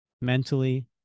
mentally